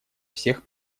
всех